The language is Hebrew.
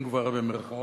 אם כבר במירכאות,